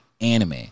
anime